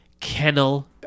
kennel